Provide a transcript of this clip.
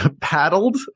paddled